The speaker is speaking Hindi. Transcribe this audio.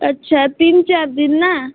अच्छा तीन चार दिन न